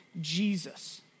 Jesus